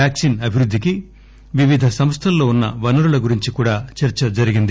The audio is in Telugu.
వాక్సిన్ అభివృద్దికి వివిధ సంస్థల్లో వున్స వనరుల గురించి కూడా చర్చ జరిగింది